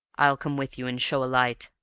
i'll come with you and show a light.